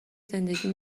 زندگی